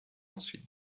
ensuite